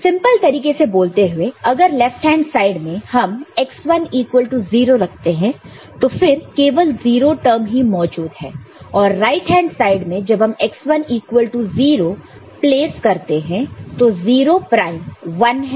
simple तरीके से बोलते हुए अगर लेफ्ट हैंड साइड में हम x1 इक्वल टू 0 रखते हैं तो फिर केवल 0 टर्म ही मौजूद है और राइट हैंड साइड में जब हम x1 इक्वल टू 0 प्लेस करते हैं तो 0 प्राइम 1 है